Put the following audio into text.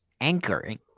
anchoring